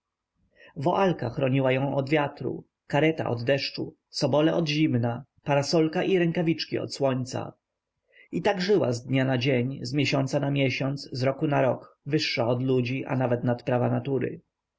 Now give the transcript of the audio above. woalka chroniła ją od wiatru kareta od deszczu sobole od zimna parasolka i rękawiczki od słońca i tak żyła z dnia na dzień z miesiąca na miesiąc z roku na rok wyższa nad ludzi a nawet nad prawa natury